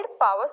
power